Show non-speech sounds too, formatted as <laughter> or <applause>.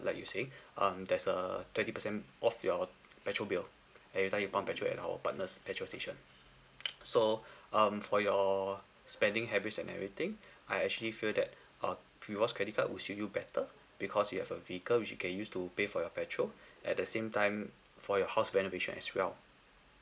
like you say <breath> um there's a twenty percent off your petrol bill every time you pump petrol at our partners petrol station <noise> so um for your spending habits and everything <breath> I actually feel that uh rewards credit card would suit you better because you have a vehicle which you can use to pay for your petrol <breath> at the same time for your house renovation as well